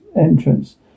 entrance